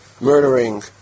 murdering